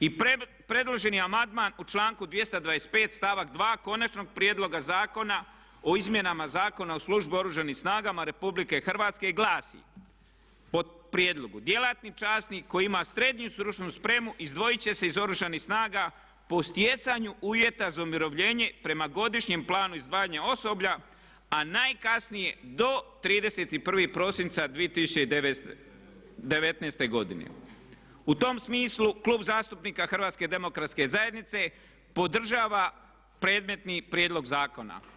I predloženi amandman u članku 225. stavak 2. Konačnog prijedloga zakona o izmjenama Zakona o službi u Oružanim snagama Republike Hrvatske po prijedlogu glasi: „Djelatni časnik koji ima srednju stručnu spremu izdvojit će se iz Oružanih snaga po stjecanju uvjeta za umirovljenje prema Godišnjem planu izdvajanja osoblja a najkasnije do 31. prosinca 2019. godine.“ U tom smislu Klub zastupnika HDZ-a podržava predmetni prijedlog zakona.